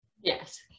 Yes